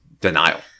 denial